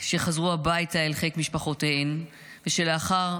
שחזרו הביתה אל חיק משפחותיהן וגם שלאחר